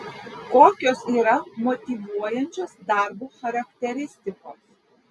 kokios yra motyvuojančios darbo charakteristikos